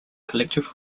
collective